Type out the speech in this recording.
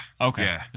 Okay